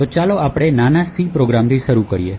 તો ચાલો આપણે નાના C પ્રોગ્રામથી શરૂ કરીએ